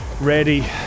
ready